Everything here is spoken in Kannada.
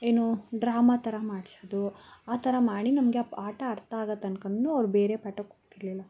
ಏನು ಡ್ರಾಮ ಥರ ಮಾಡ್ಸೋದು ಆ ಥರ ಮಾಡಿ ನಮಗೆ ಆ ಪಾಠ ಅರ್ಥ ಆಗೊ ತನಕ ಅವ್ರು ಬೇರೆ ಪಾಠಕ್ಕೆ ಹೋಗ್ತಿರ್ಲಿಲ್ಲ